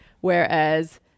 whereas